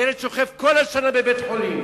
הילד שוכב כל השנה בבית-חולים,